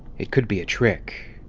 it could be a trick,